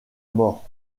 mort